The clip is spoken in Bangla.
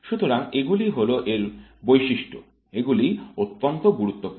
সুতরাং এগুলি হল এর বৈশিষ্ট্য এগুলি অত্যন্ত গুরুত্বপূর্ণ